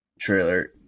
trailer